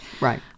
Right